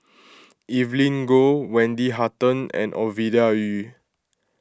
Evelyn Goh Wendy Hutton and Ovidia Yu